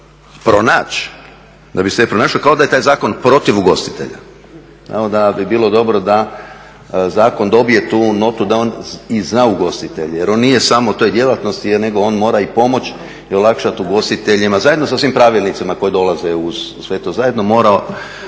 da sve pronašao, kao da je taj zakon protiv ugostitelja. Znamo da bi bilo dobro da zakon dobije tu notu, da je on i za ugostitelje. Jer on nije samo u toj djelatnosti, nego on mora i pomoći i olakšat ugostiteljima zajedno sa svim pravilnicima koji dolaze uz sve to zajedno, mora